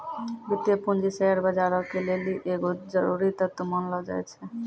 वित्तीय पूंजी शेयर बजारो के लेली एगो जरुरी तत्व मानलो जाय छै